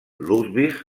ludwig